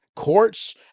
Courts